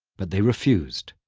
but they refused,